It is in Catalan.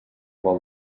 vol